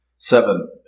Seven